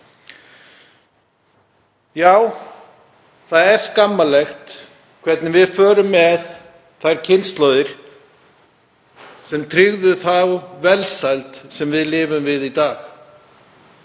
Já, það er skammarlegt hvernig við förum með þær kynslóðir sem tryggðu þá velsæld sem við lifum við í dag.